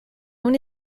own